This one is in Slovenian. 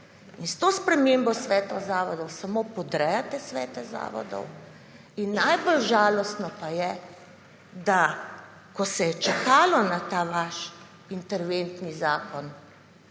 In s to spremembo svetov zavodov samo podrejate svete zavodov. Najbolj žalostno pa je, da ko se je čakalo na ta vaš interventni zakon,